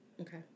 Okay